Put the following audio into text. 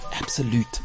Absolute